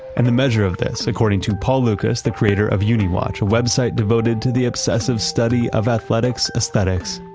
and the measure of this according to paul lucas, the creator of uniwatch, a website devoted to the obsessive study of athletics aesthetics,